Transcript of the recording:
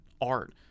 art